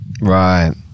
right